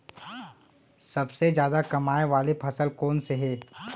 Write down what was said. सबसे जादा कमाए वाले फसल कोन से हे?